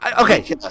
okay